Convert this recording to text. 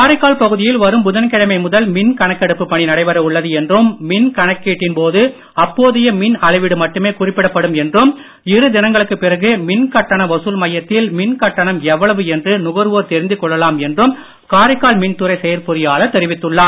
காரைக்கால் பகுதியில் வரும் புதன்கிழமை முதல் மின் கணக்கெடுப்புப் பணி நடைபெற உள்ளது என்றும் மின் கணக்கீட்டின் போது அப்போதைய மின் அளவீடு மட்டுமே குறிப்பிடப்படும் என்றும் இரு தினங்களுக்கு பிறகு மின் கட்டண வசூல் மையத்தில் மின் கட்டணம் எவ்வளவு என்று நுகர்வோர் தெரிந்து கொள்ளலாம் என்றும் காரைக்கால் மின்துறை செயற் பொறியாளர் தெரிவித்துள்ளார்